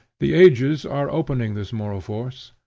the ages are opening this moral force.